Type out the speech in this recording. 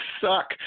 suck